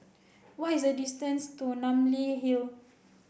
what is the distance to Namly Hill